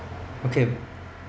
okay